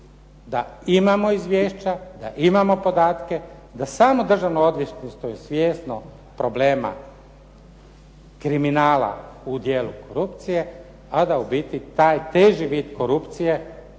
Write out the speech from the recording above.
da imamo izvješća, da imamo podatke, da samo Državno odvjetništvo je svjesno problema kriminala u dijelu korupcije, a da u biti taj teži vid korupcije